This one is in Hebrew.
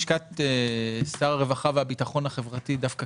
לשכת שר הרווחה והביטחון החברתי דווקא